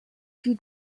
qui